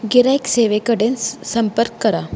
गिरायक सेवे कडेन संपर्क करा